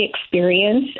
experience